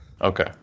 Okay